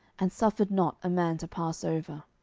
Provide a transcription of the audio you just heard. and suffered not a man to pass over.